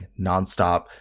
nonstop